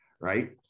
right